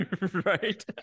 Right